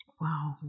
Wow